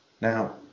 Now